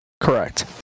Correct